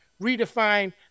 redefine